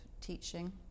teaching